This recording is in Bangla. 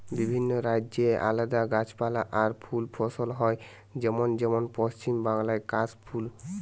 বিভিন্ন রাজ্যে আলদা গাছপালা আর ফুল ফসল হয় যেমন যেমন পশ্চিম বাংলায় কাশ ফুল